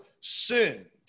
sinned